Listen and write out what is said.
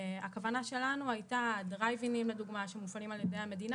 הכוונה שלנו הייתה דרייב אינים לדוגמה שמופעלים על ידי המדינה